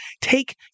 take